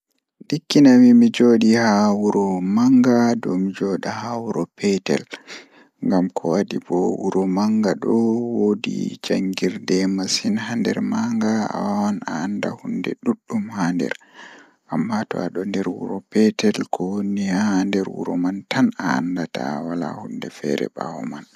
Ndikka So mi waawi ɗonnoogol ko mi waɗi wuro ɓe njiɗi walla wuro ɓe laawol, miɗo ɗonnoo wuro ɓe njiɗi. Wuro ɓe njiɗi ko ɓuri heɓugol maaɓɓe, e nguurndam e jammaaji. Ko ɗum, wuro ɓe njiɗi waawi ɗaɗi wondi fow e njamaaji.